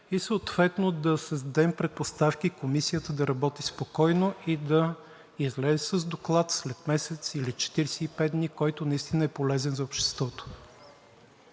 съответно да създадем предпоставки Комисията да работи спокойно и да излезе с доклад след месец или 45 дни, който наистина е полезен за обществото.